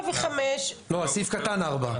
על סעיף קטן (4).